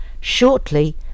Shortly